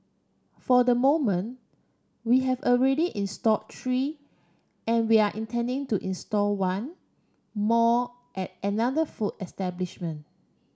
for the moment we have already installed three and we are intending to install one more at another food establishment